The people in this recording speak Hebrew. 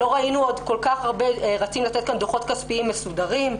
לא ראינו שרצים לתת כאן דוחות כספיים מסודרים.